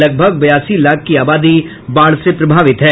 लगभग बयासी लाख की आबादी बाढ़ से प्रभावित है